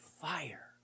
fire